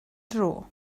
dro